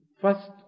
first